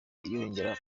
yongera